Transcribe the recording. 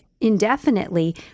indefinitely